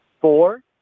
four